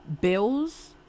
bills